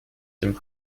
dem